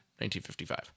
1955